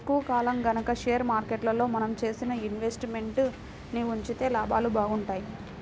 ఎక్కువ కాలం గనక షేర్ మార్కెట్లో మనం చేసిన ఇన్వెస్ట్ మెంట్స్ ని ఉంచితే లాభాలు బాగుంటాయి